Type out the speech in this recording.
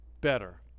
better